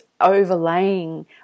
overlaying